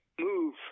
move